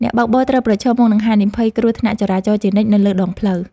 អ្នកបើកបរត្រូវប្រឈមមុខនឹងហានិភ័យគ្រោះថ្នាក់ចរាចរណ៍ជានិច្ចនៅលើដងផ្លូវ។